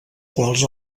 quals